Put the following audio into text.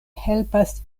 helpas